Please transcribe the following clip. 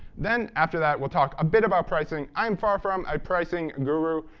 then after that we'll talk a bit about pricing. i'm far from a pricing guru,